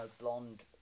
blonde